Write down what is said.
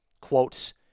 quotes